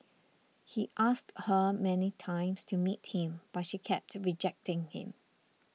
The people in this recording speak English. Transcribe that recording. he asked her many times to meet him but she kept rejecting him